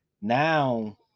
Now